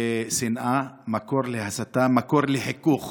לשנאה, מקור להסתה, מקור לחיכוך